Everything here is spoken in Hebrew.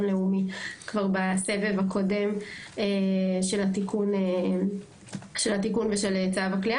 לאומי כבר בסבב הקודם של התיקון ושל צו הכליאה.